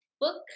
book